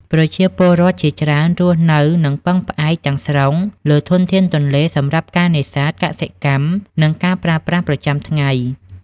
ប្រជាពលរដ្ឋជាច្រើនរស់នៅ និងពឹងផ្អែកទាំងស្រុងលើធនធានទន្លេសម្រាប់ការនេសាទ កសិកម្ម និងការប្រើប្រាស់ប្រចាំថ្ងៃ។